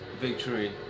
victory